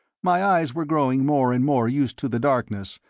my eyes were growing more and more used to the darkness,